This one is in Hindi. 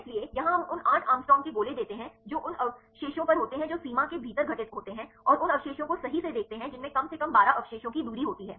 इसलिए यहां हम उन आठ एंग्स्ट्रॉम के गोले देते हैं जो उन अवशेषों पर होते हैं जो सीमा के भीतर घटित होते हैं और उन अवशेषों को सही से देखते हैं जिनमें कम से कम 12 अवशेषों की दूरी होती है